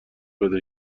بده